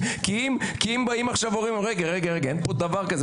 אם באים עכשיו הורים ואומרים שאין כאן דבר כזה,